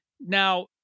now